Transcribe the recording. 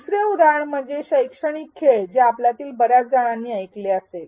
दुसरे उदाहरण म्हणजे शैक्षणिक खेळ जे आपल्यातील बर्याच जणांनी ऐकले असेल